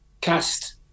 cast